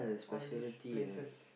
all these places